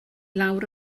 lawr